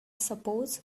suppose